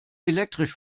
elektrisch